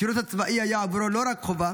השירות הצבאי היה עבורו לא רק חובה